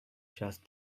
just